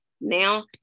Now